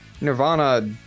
Nirvana